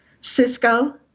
Cisco